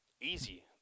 easy